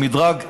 במדרג הדמוקרטי,